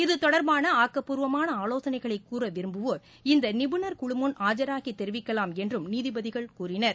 இது தொடர்பான ஆக்கப்பூர்வமான ஆலோசனைகளை கூற விரும்புவோர் இந்த நிபுணர்குழு முன் ஆஜாகி தெரிவிக்கலாம் என்றும் நீதிபதிகள் கூறினர்